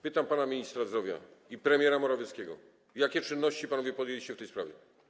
Pytam pana ministra zdrowia i premiera Morawieckiego: Jakie czynności panowie podjęliście w tej sprawie?